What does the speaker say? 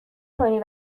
کنی